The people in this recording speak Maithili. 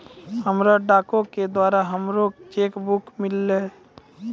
हमरा डाको के द्वारा हमरो चेक बुक मिललै